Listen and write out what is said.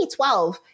2012